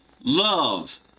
love